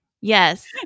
Yes